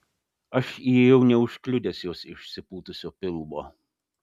aš įėjau neužkliudęs jos išsipūtusio pilvo